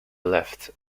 left